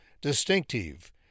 distinctive